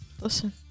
Listen